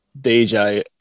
DJ